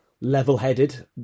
level-headed